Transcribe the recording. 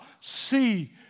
see